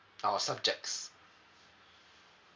uh oh subjects